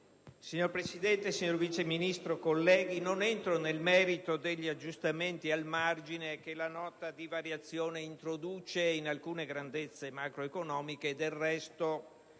Signor Presidente, signor Vice Ministro, colleghi, non entro nel merito degli aggiustamenti al margine che la Nota di aggiornamento introduce in alcune grandezze macroeconomiche, del resto